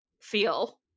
feel